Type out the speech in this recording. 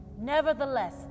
Nevertheless